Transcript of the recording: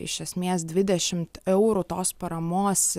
iš esmės dvidešimt eurų tos paramos